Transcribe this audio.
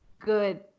good